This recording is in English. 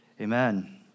Amen